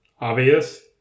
obvious